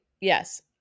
yes